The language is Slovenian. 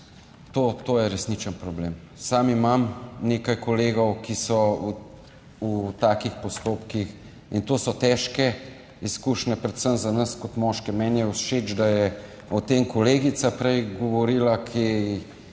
To je resničen problem. Sam imam nekaj kolegov, ki so v takih postopkih, in to so težke izkušnje, predvsem za nas kot moške. Meni je všeč, da je o tem prej govorila